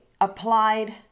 applied